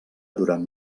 durant